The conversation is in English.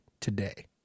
today